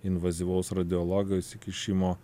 invazyvaus radiologo įsikišimo